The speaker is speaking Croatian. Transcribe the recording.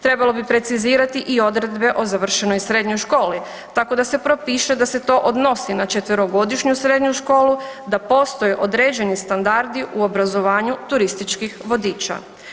Trebalo bi precizirati i odredbe o završenoj srednjoj školi tako da se to propiše da se to odnosi na četverogodišnju srednju školu, da postoje određeni standardi u obrazovanju turističkih vodiča.